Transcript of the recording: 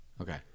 Okay